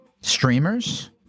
Streamers